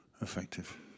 effective